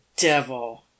devil